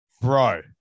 Bro